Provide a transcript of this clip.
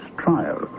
trial